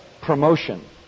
promotion